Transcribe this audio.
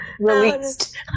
released